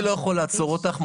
אני לא יכול לעצור אותך,